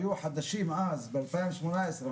שהיו חדשים אז ב-2018,